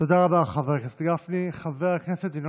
תודה רבה, חבר הכנסת גפני.